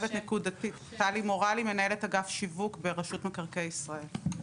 טלי מורלי, מנהלת אגף שיווק ברשות מקרקעי ישראל.